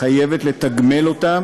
חייבת לתגמל אותם